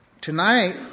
Tonight